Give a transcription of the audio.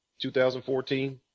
2014